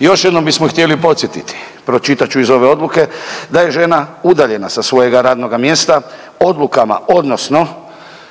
Još jednom bismo htjeli podsjetiti, pročitat ću iz ove odluke da je žena udaljena sa svojega radnoga mjesta odlukama odnosno